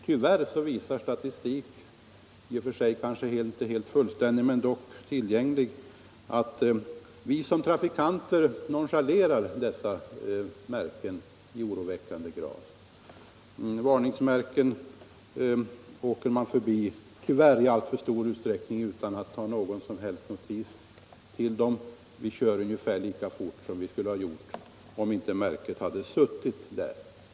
Tyvärr visar statistiken, även om den inte är helt fullständig, att vi som trafikanter nonchalerar dessa märken i oroväckande grad och åker förbi dem i alltför stor utsträckning utan att ta någon som helst notis om dem. Vi kör ungefär lika fort som vi skulle ha gjort om märkena inte hade suttit där.